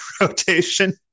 rotation